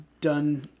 done